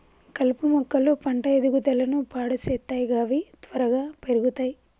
కలుపు మొక్కలు పంట ఎదుగుదలను పాడు సేత్తయ్ గవి త్వరగా పెర్గుతయ్